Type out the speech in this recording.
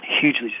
hugely